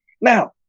Now